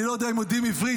אני לא יודע אם יודעים עברית,